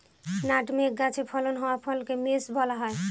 nutmeg গাছে ফলন হওয়া ফলকে মেস বলা হয়